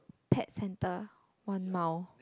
pet centre one mile